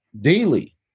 daily